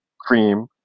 cream